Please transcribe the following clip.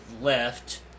Left